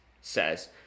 says